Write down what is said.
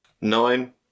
Nine